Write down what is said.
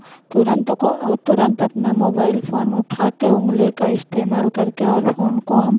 तुरंत को औ तुरंत अपना मोबाइल फ़ोन उठा कर उंगली का इस्तेमाल करके और फ़ोन को हम